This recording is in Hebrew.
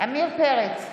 עמיר פרץ,